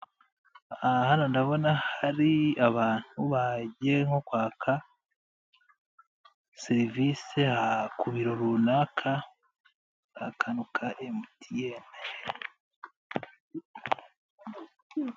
Hano ndabona hari abantu bagiye nko kwaka serivise ku biro runaka hari akantu ka MTN.